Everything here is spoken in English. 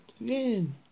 again